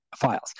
files